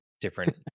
different